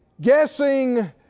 guessing